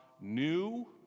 new